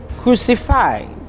crucified